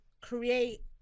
create